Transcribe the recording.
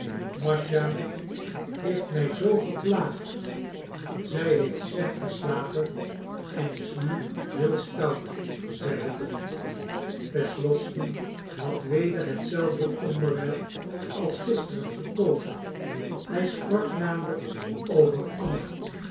mascha heeft mij zoo geplaagd zij heeft slecht geslapen en is nu heel stout zeide dolly wesslowsky had weder hetzelfde onderwerp als gisteren gekozen hij sprak namelijk over anna